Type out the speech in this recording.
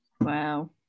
Wow